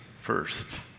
first